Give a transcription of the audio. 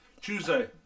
Tuesday